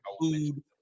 food